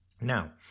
now